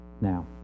Now